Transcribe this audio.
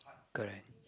correct